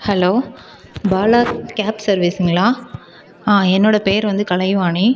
hello Bala cab சர்வீஸ்ங்களா ஆ என்னோடய பெயர் வந்து கலை வாணி